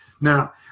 Now